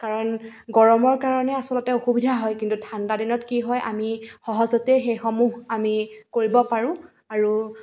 কাৰণ গৰমৰ কাৰণে আচলতে অসুবিধা হয় কিন্তু ঠাণ্ডা দিনত আমি সহজতে সেইসমূহ আমি কৰিব পাৰোঁ আৰু